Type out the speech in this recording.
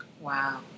wow